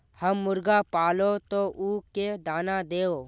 हम मुर्गा पालव तो उ के दाना देव?